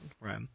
Right